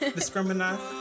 Discriminate